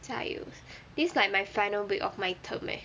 加油 this is like my final week of my term eh